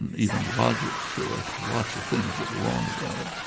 even logic show us lots of things that are wrong about it.